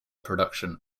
production